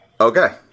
Okay